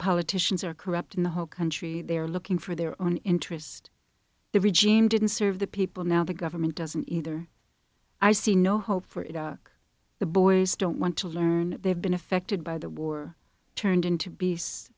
politicians are corrupt in the whole country they're looking for their own interest the region didn't serve the people now the government doesn't either i see no hope for the boys don't want to learn they've been affected by the war turned into beast